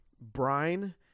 brine